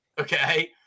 okay